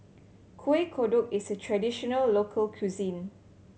Kueh Kodok is a traditional local cuisine